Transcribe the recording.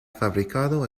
fabricado